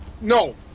no